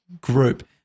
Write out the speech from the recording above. group